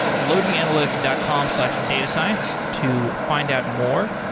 logianalytics dot com slash datascience to find out more,